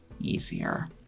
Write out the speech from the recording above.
easier